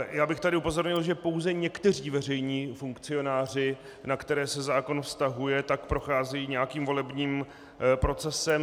Já bych tady upozornil, že pouze někteří veřejní funkcionáři, na které se zákon vztahuje, procházejí nějakým volebním procesem.